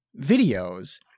videos